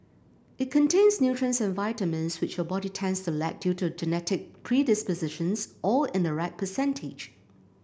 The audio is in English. it contains nutrients and vitamins which your body tends to lack due to genetic predispositions all in the right percentage